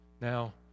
Now